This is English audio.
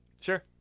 Sure